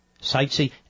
sightsee